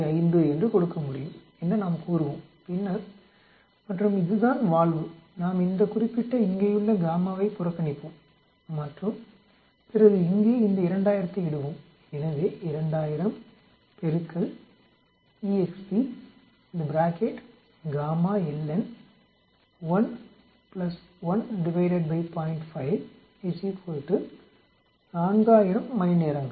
5 என்று கொடுக்க முடியும் என நாம் கூறுவோம் மற்றும் பின்னர் இதுதான் வால்வு நாம் இந்தக் குறிப்பிட்ட இங்கேயுள்ள வைப் புறக்கணிப்போம் மற்றும் பிறகு இங்கே இந்த 2000த்தை இடுவோம் எனவே மணிநேரங்கள்